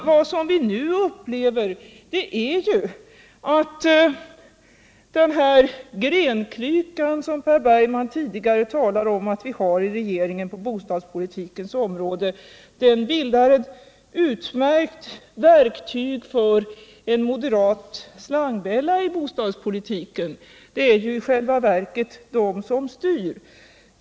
Vad vi nu upplever är ju att den grenklyka, som Per Bergman tidigare talade om som en karakteristik av situationen i regeringen på bostadspolitikens område, utgör ett utmärkt verktyg för en moderat slangbella i bostadspolitiken. Det är ju i själva verket moderaterna som styr.